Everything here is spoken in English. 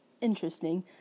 interesting